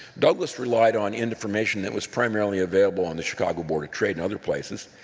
douglas relied on information that was primarily available on the chicago board of trade and other places.